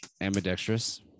Ambidextrous